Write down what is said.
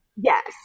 Yes